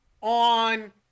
on